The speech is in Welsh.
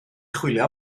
chwilio